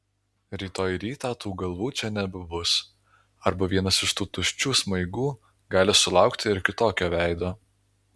rytoj rytą tų galvų čia nebebus arba vienas iš tų tuščių smaigų gali sulaukti ir kitokio veido